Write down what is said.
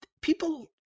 people